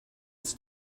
its